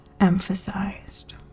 emphasized